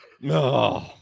No